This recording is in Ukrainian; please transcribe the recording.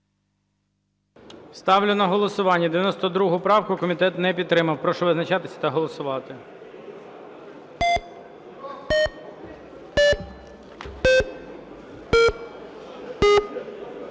Ставлю на голосування 109 правку. Комітет не підтримав. Прошу визначатися та голосувати.